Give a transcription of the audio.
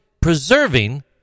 preserving